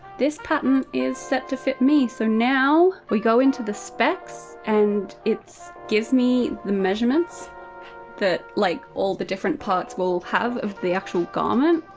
this pattern is set to fit me. so now we go into the specs and it's gives me the measurements that like all the different parts will have of the actual garment.